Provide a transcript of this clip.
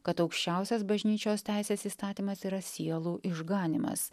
kad aukščiausias bažnyčios teisės įstatymas yra sielų išganymas